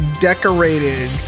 decorated